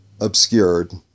obscured